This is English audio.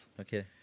Okay